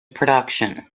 production